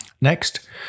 Next